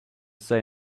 say